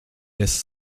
laisse